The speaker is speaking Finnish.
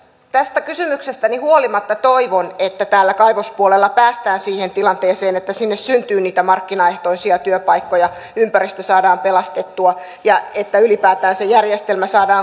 tästä kysymyksestäni huolimatta toivon että täällä kaivospuolella päästään siihen tilanteeseen että sinne syntyy niitä markkinaehtoisia työpaikkoja ympäristö saadaan pelastettua ja että ylipäätään se järjestelmä saadaan kuntoon